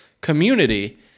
community